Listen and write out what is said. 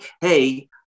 Hey